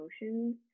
emotions